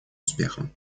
успехом